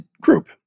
group